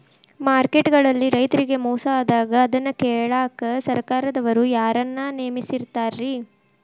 Market ಗಳಲ್ಲಿ ರೈತರಿಗೆ ಮೋಸ ಆದಾಗ ಅದನ್ನ ಕೇಳಾಕ್ ಸರಕಾರದವರು ಯಾರನ್ನಾ ನೇಮಿಸಿರ್ತಾರಿ?